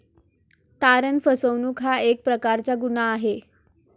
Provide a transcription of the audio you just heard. तारण फसवणूक हा एक प्रकारचा गुन्हा आहे